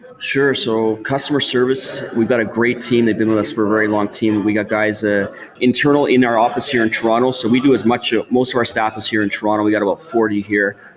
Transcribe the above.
sure. so customer service, we've got a great team. they've been with us for very long. we got guys ah internal in our office here in toronto, so we do as much most of our staff is here in toronto. we got about forty here.